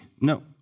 No